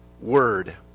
word